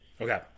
okay